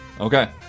Okay